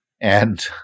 and-